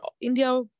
India